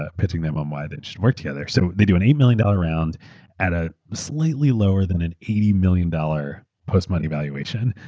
ah pitching them on why they should work together. so, they do an eight million dollars round at a slightly lower than an eighty million dollars post money valuation.